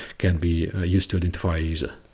can be used to identify a user.